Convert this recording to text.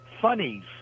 funnies